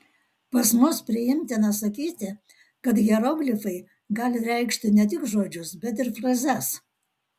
pas mus priimtina sakyti kad hieroglifai gali reikšti ne tik žodžius bet ir frazes